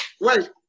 wait